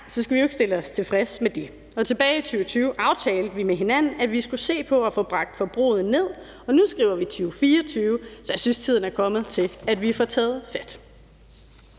skal vi ikke stille os tilfredse. Tilbage i 2020 aftalte vi med hinanden, at vi skulle se på at få bragt forbruget ned, og nu skriver vi 2024, så jeg synes, tiden er inde til, at vi får taget fat.